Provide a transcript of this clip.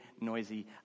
noisy